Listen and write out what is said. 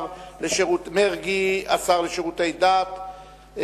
השר לשירותי דת,